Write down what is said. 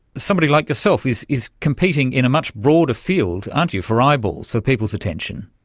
somebody like yourself is is competing in a much broader field, aren't you, for eyeballs, for people's attention.